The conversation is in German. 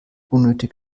unnötig